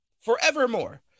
forevermore